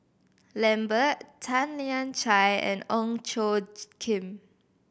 Lambert Tan Lian Chye and Ong Tjoe Kim